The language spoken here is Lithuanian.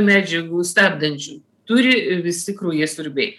medžiagų stabdančių turi visi kraujasiurbiai